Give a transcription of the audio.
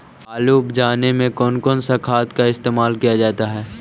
आलू अब जाने में कौन कौन सा खाद इस्तेमाल क्या जाता है?